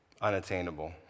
unattainable